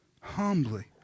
humbly